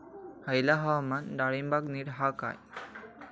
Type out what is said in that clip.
हयला हवामान डाळींबाक नीट हा काय?